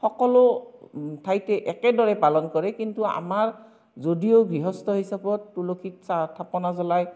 সকলো ঠাইতে একেদৰে পালন কৰে কিন্তু আমাৰ যদিও গৃহস্থ হিচাপত তুলসীত থাপনা জ্বলাই